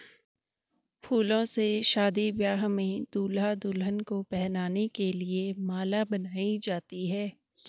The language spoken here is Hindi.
फूलों से शादी ब्याह में दूल्हा दुल्हन को पहनाने के लिए माला बनाई जाती है